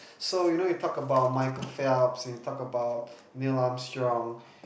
so you know you talk about Michael-Phelps and you talk about Neil-Armstrong